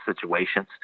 situations